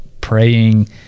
praying